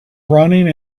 running